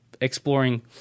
exploring